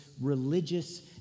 religious